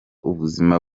ubuzima